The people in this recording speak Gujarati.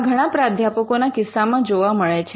આ ઘણા પ્રાધ્યાપકો ના કિસ્સામાં જોવા મળે છે